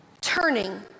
turning